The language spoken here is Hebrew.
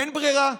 אין ברירה,